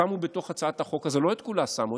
שמו בתוך הצעת החוק, אבל לא את כולה שמו.